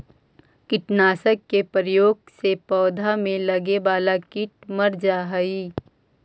कीटनाशक के प्रयोग से पौधा में लगे वाला कीट मर जा हई